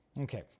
Okay